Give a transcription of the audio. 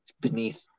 beneath